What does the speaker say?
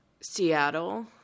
Seattle